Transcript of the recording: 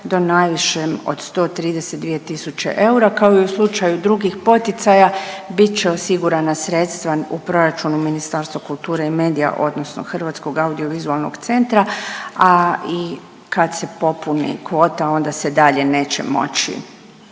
do najvišem od 132 000 eura kao i u slučaju drugih poticaja bit će osigurana sredstva u proračunu Ministarstva kulture i medija odnosno Hrvatskog audio vizualnog centra, a i kad se popuni kvota onda se dalje neće moći